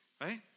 right